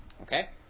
Okay